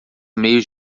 meios